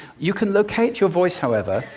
you can locate your voice, however.